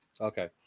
okay